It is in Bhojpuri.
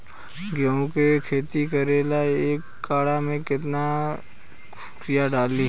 गेहूं के खेती करे ला एक काठा में केतना युरीयाँ डाली?